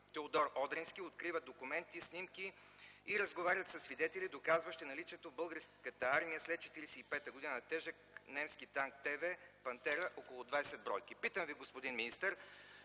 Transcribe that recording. Теодор Одрински откриват документи, снимки и разговарят със свидетели, доказващи наличието в Българската армия след 1945 г. на тежък немски танк ТВ „Пантера” около 20 бр. Питам ви, господин министър,